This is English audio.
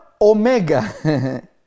omega